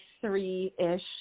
three-ish